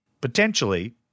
potentially